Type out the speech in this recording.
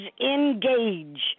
engage